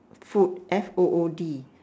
food F O O D